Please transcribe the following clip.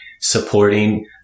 supporting